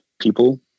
people